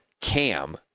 Cam